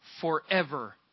forever